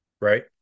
right